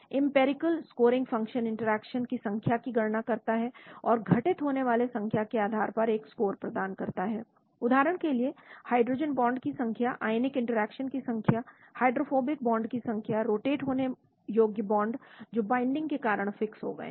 empirical scoring function interaction की संख्या की गणना करता है और घटित होने वाली संख्या के आधार पर एक स्कोर प्रदान करता है उदाहरण के लिए हाइड्रोजन बॉन्ड की संख्या आयनिक इंटरैक्शन की संख्या हाइड्रोफोबिक बॉन्ड की संख्या की संख्या रोटेट होने योग्य बॉन्ड जो बाइंडिंग के कारण फिक्स हो गए हैं